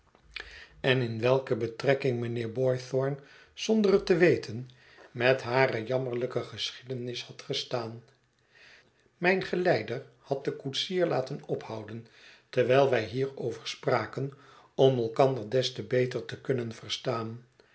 en in welke betrekking mijnheer boythorn zonder het te weten met hare jammerlijke geschiedenis had gestaan mijn geleider had den koetsier laten ophouden terwijl wij hierover spraken om elkander des te beter te kunnen verstaan